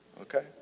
Okay